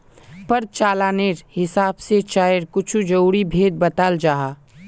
प्रचालानेर हिसाब से चायर कुछु ज़रूरी भेद बत्लाल जाहा